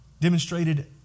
demonstrated